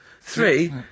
Three